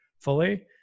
fully